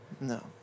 No